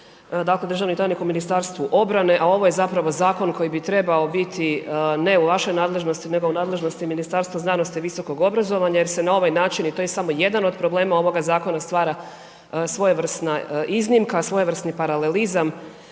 dakle državni tajnik u Ministarstvu obrane, a ovo je zapravo zakon koji bi trebao biti ne u vašoj nadležnosti nego u nadležnosti Ministarstva znanosti i visokog obrazovanja jer se na ovaj način, i to je samo jedan od problema ovoga zakona, stvara svojevrsna iznimka, svojevrsni paralelizam,